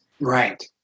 Right